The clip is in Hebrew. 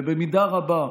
במידה רבה,